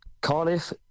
Cardiff